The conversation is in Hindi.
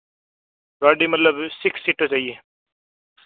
गाडी मतलब सिक्स सीटर चाहिए